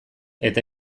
eta